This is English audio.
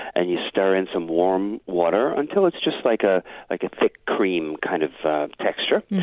and you stir in some warm water until it's just like ah like a thick, creamy kind of texture.